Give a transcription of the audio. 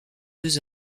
deux